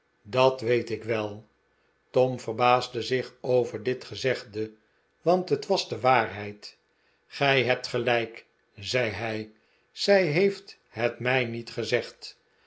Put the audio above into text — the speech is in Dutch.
dat weet ik wel tom verbaasde zich over dit gezegde want het was de waarheid gij hebt gelijk zei hij zij heeft het mij niet gezegd